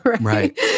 right